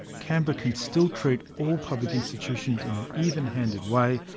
canberra can still treat all public institutions in an even-handed way,